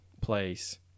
place